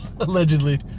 Allegedly